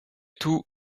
tout